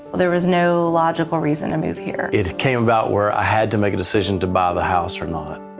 there was no logical reason to move here. it came about where i had to make a decision to buy the house or not.